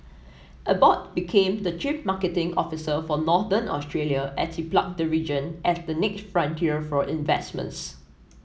Abbott became the chief marketing officer for Northern Australia as he plugged the region as the next frontier for investments